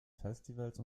festivals